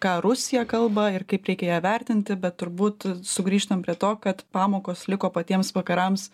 ką rusija kalba ir kaip reikia ją vertinti bet turbūt sugrįžtam prie to kad pamokos liko patiems vakarams